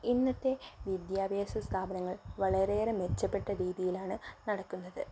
ഇന്നത്തെ വിദ്യാഭ്യാസ സ്ഥാപനങ്ങൾ വളരെയേറെ മെച്ചപ്പെട്ട രീതിയിലാണ് നടക്കുന്നത്